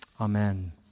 Amen